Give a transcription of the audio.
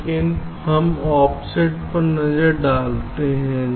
लेकिन हम ऑफसेट पर नजर डालते हैं